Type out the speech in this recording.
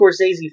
Scorsese